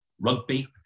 rugby